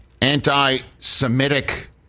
anti-Semitic